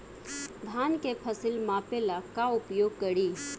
धान के फ़सल मापे ला का उपयोग करी?